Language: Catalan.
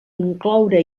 incloure